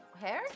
hair